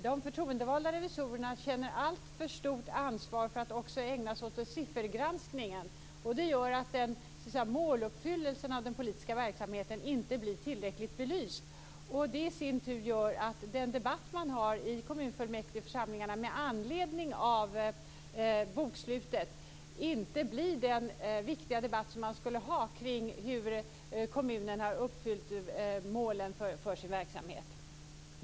De förtroendevalda revisorerna känner allt för stort ansvar för att också ägna sig åt siffergranskningen. Det gör att måluppfyllelsen av den politiska verksamheten inte blir tillräckligt belyst. Det i sin tur gör att den debatt man har i kommunfullmäktigeförsamlingarna med anledning av bokslutet inte blir den viktiga debatt man skulle ha kring hur kommunen har uppfyllt målen för sin verksamhet.